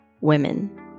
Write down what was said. Women